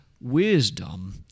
wisdom